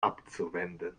abzuwenden